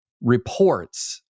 reports